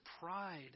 pride